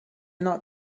not